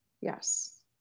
Yes